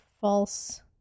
false